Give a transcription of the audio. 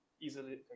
easily